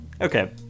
Okay